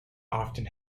often